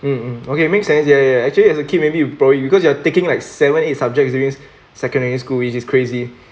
mm mm okay make sense ya ya actually as a kid maybe it bored you because you are taking like seven eight subjects during secondary school which is crazy